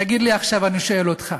תגיד לי עכשיו, אני שואל אותך: